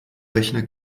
rechner